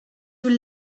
you